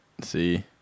See